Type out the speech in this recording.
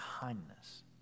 kindness